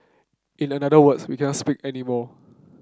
in another words we can't speak anymore